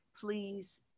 Please